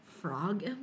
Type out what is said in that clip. frog